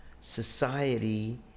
society